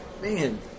Man